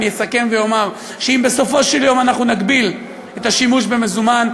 אני אסכם ואומר שאם בסופו של יום אנחנו נגביל את השימוש במזומן,